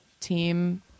team